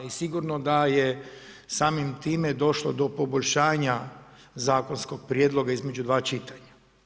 I sigurno da je samim time došlo do poboljšanja zakonskog prijedloga između 2 čitanja.